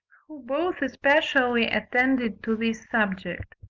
who both especially attended to this subject.